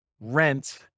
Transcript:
rent